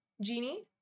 Genie